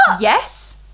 Yes